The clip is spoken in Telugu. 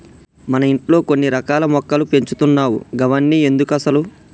మన ఇంట్లో కొన్ని రకాల మొక్కలు పెంచుతున్నావ్ గవన్ని ఎందుకసలు